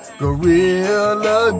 gorilla